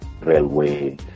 railway